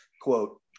quote